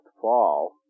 fall